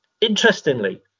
Interestingly